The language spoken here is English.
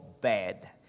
bad